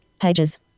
Pages